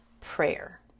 prayer